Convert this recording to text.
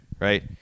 right